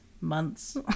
months